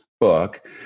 book